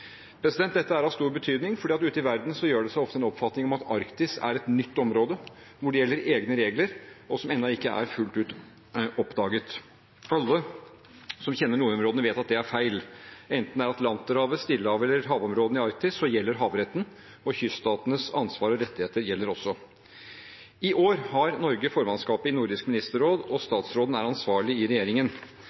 Dette er av stor betydning, for ute i verden har de ofte en oppfatning om at Arktis er et nytt område, som har egne regler, og som enda ikke fullt ut er oppdaget. Alle som kjenner nordområdene, vet at det er feil. Enten det er Atlanterhavet, Stillehavet eller havområdene i Arktis, gjelder havretten. Kyststatenes ansvar og rettigheter gjelder også. I år har Norge formannskapet i Nordisk ministerråd, og statsråden er ansvarlig i regjeringen.